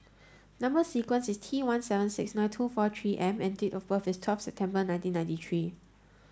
number sequence is T one seven six nine two four three M and date of birth is twelfth September nineteen ninety three